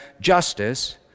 justice